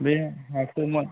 बे हाखौ मा